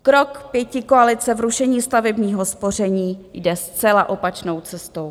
Krok pětikoalice v rušení stavebního spoření jde zcela opačnou cestou.